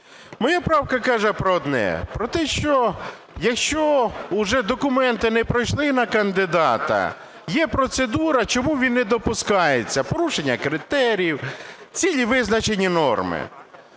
Моя правка каже про одне, про те, що якщо вже документи не пройшли на кандидата, є процедура, чому він не допускається: порушення критеріїв, цілі визначені норми.